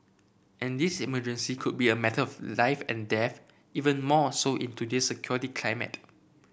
and this emergency could be a matter of life and death even more so in today's security climate